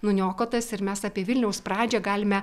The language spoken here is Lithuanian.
nuniokotas ir mes apie vilniaus pradžią galime